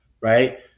right